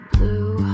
Blue